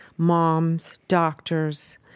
moms, doctors,